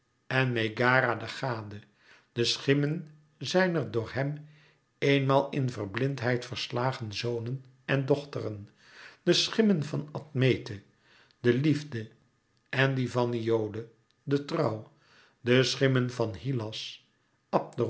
en megara de gade de schimmen zijner door hem eenmaal in verblindheid verslagen zonen en dochteren de schimmen van admete de liefde en die van iole de trouw de schimmen van hylas